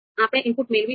આપણે આઉટપુટ મેળવીશું